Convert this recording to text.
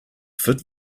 fit